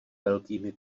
velkými